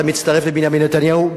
אתה מצטרף לבנימין נתניהו.